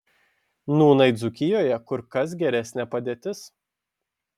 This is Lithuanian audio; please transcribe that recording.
nūnai dzūkijoje kur kas geresnė padėtis